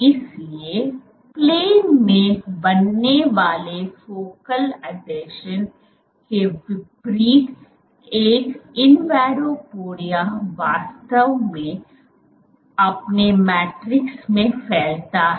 इसलिएप्लेन में बनने वाले फोकल आसंजन के विपरीत एक इन्वाडोपोडिया वास्तव में अपने मैट्रिक्स में फैलता है